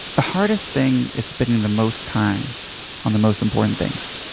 the hardest thing is spending the most time on the most important things,